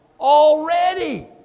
Already